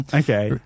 okay